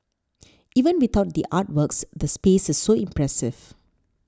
even without the artworks the space is so impressive